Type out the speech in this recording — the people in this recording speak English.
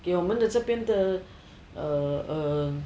给我们的这边的 err err